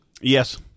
Yes